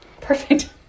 Perfect